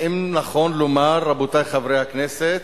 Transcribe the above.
האם נכון לומר, רבותי חברי הכנסת,